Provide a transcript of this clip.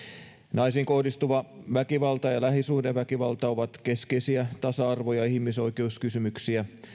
naisiin kohdistuva väkivalta ja ja lähisuhdeväkivalta ovat keskeisiä tasa arvo ja ihmisoikeuskysymyksiä